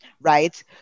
right